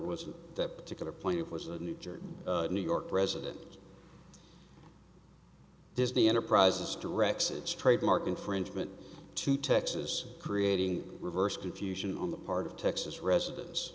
was that particular point it was a new jersey new york resident disney enterprises directs its trademark infringement to texas creating reversed confusion on the part of texas residents